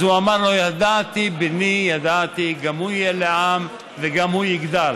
אז הוא אמר לו: "ידעתי בני ידעתי גם הוא יהיה לעם וגם הוא יגדל".